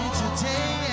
today